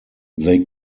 they